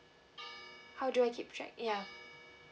how do I keep track yeah